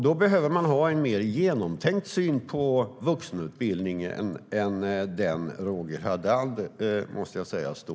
Då behöver man ha en mer genomtänkt syn på vuxenutbildning än den Roger Haddad står för, måste jag säga.